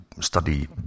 study